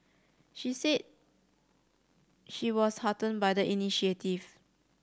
she said she was hearten by the initiative